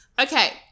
okay